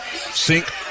sink